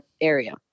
area